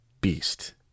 beast